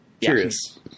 Curious